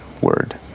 word